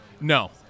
no